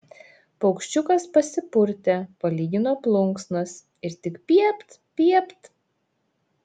paukščiukas pasipurtė palygino plunksnas ir tik piept piept